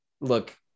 look